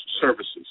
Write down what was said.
services